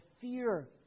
fear